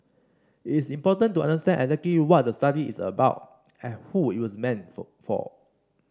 it's important to understand what the study is about and who it was meant for for